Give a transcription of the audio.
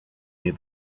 near